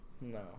No